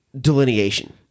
delineation